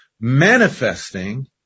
manifesting